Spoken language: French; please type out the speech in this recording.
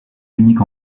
unique